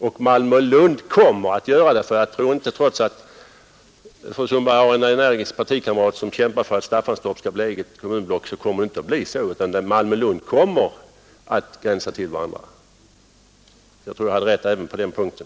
Och Malmö och Lund kommer att göra det, ty trots att fru Sundberg har en energisk partikamrat som kämpar för att Staffanstorp skall bli eget kommunblock tror jag inte att Staffanstorp kommer. att bli det, utan Malmö och Lund kommer att gränsa till varandra. Jag har därför säkert rätt även på den punkten.